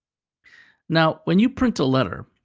now, when you print the letter,